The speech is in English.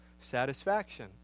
satisfaction